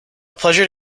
pleasure